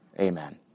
Amen